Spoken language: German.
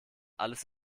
alles